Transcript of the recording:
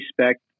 respect